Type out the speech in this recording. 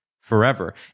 forever